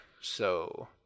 so-